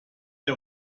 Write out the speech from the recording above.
der